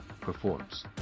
performs